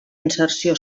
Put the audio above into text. inserció